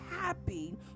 happy